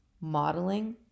modeling